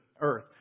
earth